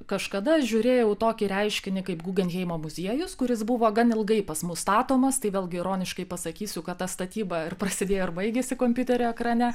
kažkada žiūrėjau į tokį reiškinį kaip gugenheimo muziejus kuris buvo gan ilgai pas mus statomas tai vėlgi ironiškai pasakysiu kad ta statyba ir prasidėjo ir baigėsi kompiuterio ekrane